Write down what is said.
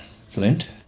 Flint